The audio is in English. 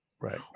right